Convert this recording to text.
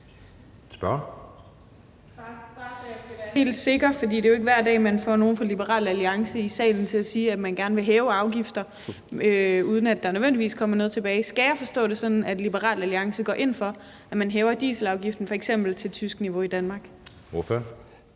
så jeg kan være helt sikker, for det er jo ikke hver dag, man i salen får nogle fra Liberal Alliance til at sige, at de gerne vil hæve afgifter, uden at der nødvendigvis kommer noget tilbage: Skal jeg forstå det sådan, at Liberal Alliance går ind for, at man hæver dieselafgiften f.eks. til tysk niveau i Danmark? Kl.